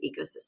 ecosystem